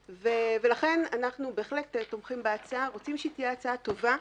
לכן אנחנו בהחלט תומכים בהצעה ורוצים שהיא תהיה הצעה טובה,